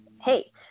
hey